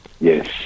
Yes